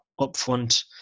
upfront